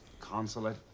consulate